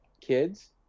kids